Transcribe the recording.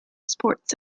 sports